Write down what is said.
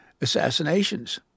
assassinations